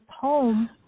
home